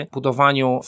budowaniu